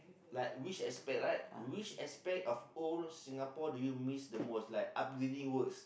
like which aspect right which aspect of old Singapore do you miss the most like upgrading works